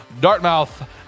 Dartmouth